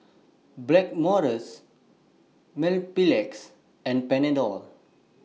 Blackmores Mepilex and Panadol